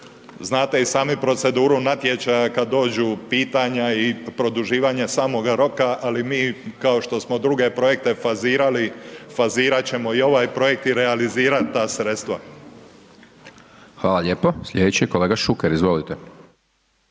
znate i sami proceduru natječaja, kad dođu pitanja i produživanja samoga roka, ali mi kao što smo druge projekte fazirali, fazirat ćemo i ovaj projekt i realizirat ta sredstva. **Hajdaš Dončić, Siniša (SDP)** Hvala lijepo. Slijedeći je kolega Šuker, izvolite.